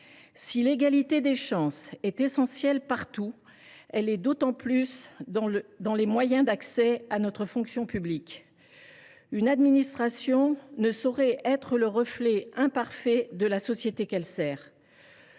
Si l’égalité des chances est essentielle partout, elle l’est d’autant plus pour accéder à notre fonction publique : une administration ne saurait être le reflet imparfait de la société qu’elle sert.